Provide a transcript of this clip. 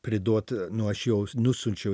priduot nu aš jau nusiunčiau